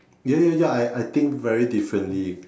ya ya ya I I think very differently